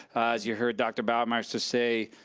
as you heard dr. bauermeister say,